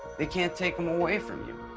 they can't take em away from you.